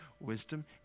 Wisdom